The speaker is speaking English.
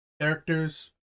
characters